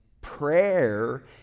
Prayer